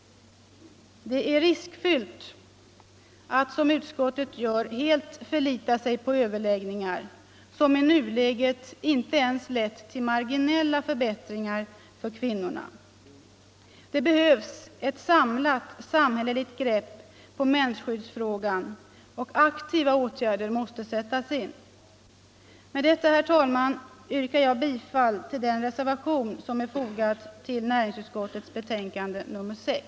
Det är riskfyllt att, som utskottet gör, helt förlita sig på överläggningar som i nuläget inte ens lett till marginella förbättringar för kvinnorna. Det behövs ett samlat samhälleligt grepp på mensskyddsfrågan, och aktiva åtgärder måste sättas in. Med det anförda, herr talman, yrkar jag bifall till den reservation som är fogad vid näringsutskottets betänkande nr 6.